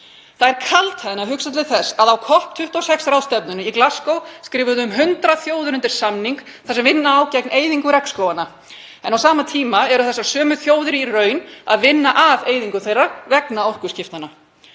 Það er kaldhæðni að hugsa til þess að á COP26 ráðstefnunni í Glasgow skrifuðu um 100 þjóðir undir samning þar sem vinna á gegn eyðingu regnskóganna. En á sama tíma eru þessar sömu þjóðir í raun að vinna að eyðingu þeirra vegna orkuskiptanna.